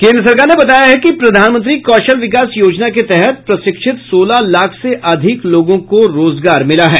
केंद्र सरकार ने बताया है कि प्रधानमंत्री कौशल विकास योजना के तहत प्रशिक्षित सोलह लाख से अधिक लोगों को रोजगार मिला है